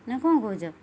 ନା କ'ଣ କହୁଛ